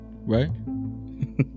right